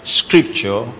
scripture